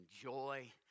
joy